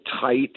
tight